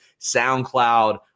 SoundCloud